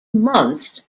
months